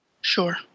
Sure